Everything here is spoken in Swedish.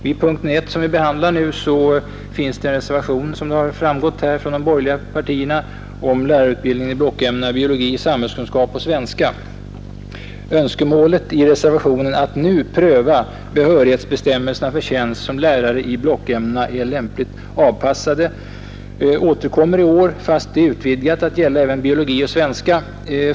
Vid punkten 1, som vi behandlar nu, finns det en reservation — som det har framgått här — från de borgerliga partierna om lärarutbildningen i blockämnena biologi, samhällskunskap och svenska. Önskemålet i reservationen att man nu skall pröva om behörighetsbestämmelserna för tjänst som lärare i blockämnena är lämpligt avpassade återkommer i år fast det är utvidgat till att gälla även biologi och svenska.